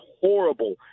horrible